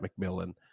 McMillan